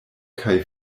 kaj